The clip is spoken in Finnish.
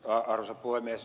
arvoisa puhemies